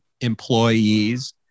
employees